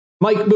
Mike